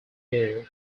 year